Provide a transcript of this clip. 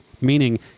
Meaning